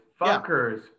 fuckers